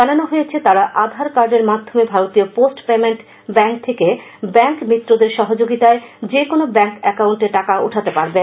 জানানো হয়েছে যে তারা আধার কার্ডের মাধ্যমে ভারতীয় পোস্ট পেমেন্ট ব্যাঙ্ক থেকে ব্যাঙ্ক মিত্রদের সহযোগিতায় যে কোনো ব্যাঙ্ক অ্যাকাউন্টে টাকা উঠাতে পারবেন